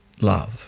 love